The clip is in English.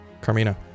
Carmina